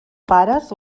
pares